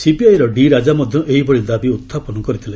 ସିପିଆଇର D Raja ମଧ୍ୟ ଏହିଭଳି ଦାବି ଉତ୍ଥାପନ କରିଥିଲେ